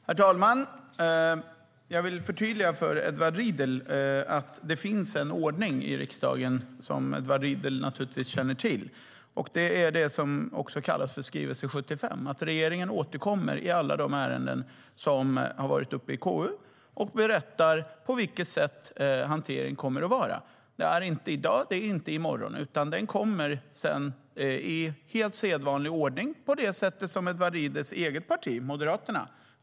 Herr talman! Jag vill förtydliga för Edward Riedl att det finns en ordning i riksdagen som Edward Riedl naturligtvis känner till. Det är det som också kallas för skrivelse 75. Regeringen återkommer i alla de ärenden som har varit uppe i KU och berättar på vilket sätt hanteringen kommer att ske. Det är inte i dag. Det är inte i morgon. Den kommer i helt sedvanlig ordning på det sätt som gällde för Edward Riedls eget parti, Moderaterna.